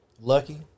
lucky